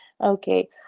Okay